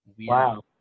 Wow